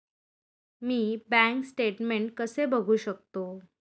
मी bank statement कसे बघू शकतो?